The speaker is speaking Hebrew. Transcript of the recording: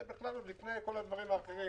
זה עוד לפני כל הדברים האחרים,